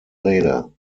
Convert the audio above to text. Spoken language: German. rede